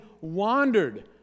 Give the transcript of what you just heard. wandered